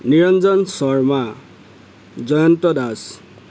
Niranjan Sharma Jayanta Das